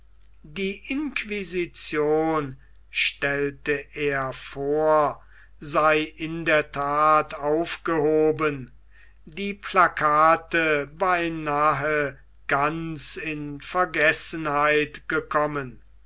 die inquisition stellte er vor sei in der that aufgehoben die placate beinahe ganz in vergessenheit gekommen